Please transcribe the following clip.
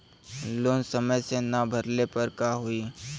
Loan समय से ना भरले पर का होयी?